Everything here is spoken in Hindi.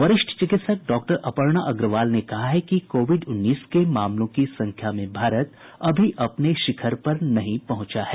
वरिष्ठ चिकित्सक डॉक्टर अपर्णा अग्रवाल ने कहा है कि कोविड उन्नीस के मामलों की संख्या में भारत अभी अपने शिखर पर नहीं पहंचा है